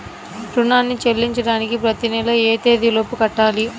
రుణాన్ని చెల్లించడానికి ప్రతి నెల ఏ తేదీ లోపు కట్టాలి?